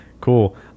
cool